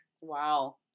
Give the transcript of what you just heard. Wow